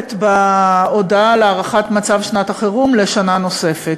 תומכת בהודעה על הארכת מצב החירום לשנה נוספת.